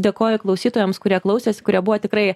dėkoju klausytojams kurie klausėsi kurie buvo tikrai